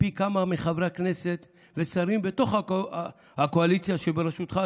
מפי כמה מחברי הכנסת ושרים בתוך הקואליציה שבראשותך,